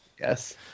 Yes